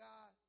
God